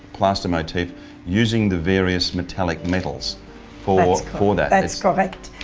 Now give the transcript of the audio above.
plaster motif using the various metallic metals for for that. that's correct.